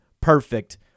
perfect